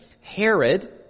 Herod